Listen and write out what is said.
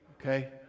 Okay